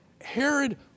Herod